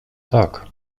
tak